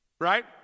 Right